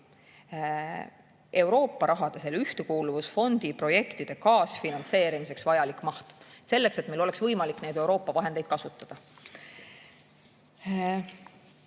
Euroopa raha, Ühtekuuluvusfondi projektide kaasfinantseerimiseks vajalik maht, selleks et meil oleks võimalik neid Euroopa vahendeid kasutada.